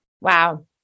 Wow